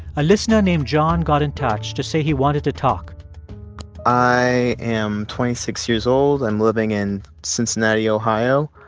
a listener named john got in touch to say he wanted to talk i am twenty six years old and living in cincinnati, ohio.